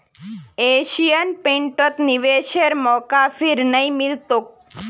Asian पेंटत निवेशेर मौका फिर नइ मिल तोक